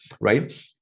right